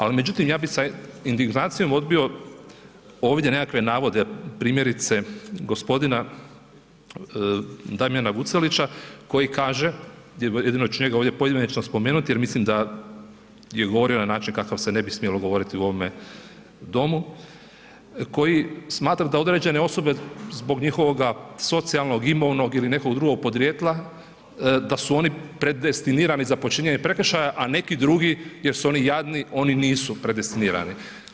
Ali međutim, ja bi sa indignacijom odbio ovdje nekakve navode, primjerice g. Damjana Vucelića koji kaže, jedino ću njega ovdje pojedinačno spomenut jer mislim da je govorio na način na kakav se ne bi smjelo govoriti u ovome domu, koji smatra da određene osobe zbog njihovoga socijalnog, imovnog ili nekog drugog podrijetla da su oni predestinirani za počinjenje prekršaja, a neki drugi jer su oni jadni, oni nisu predestinirani.